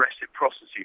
reciprocity